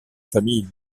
famille